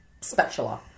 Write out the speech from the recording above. spatula